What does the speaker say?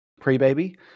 pre-baby